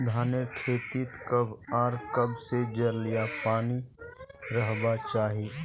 धानेर खेतीत कब आर कब से जल या पानी रहबा चही?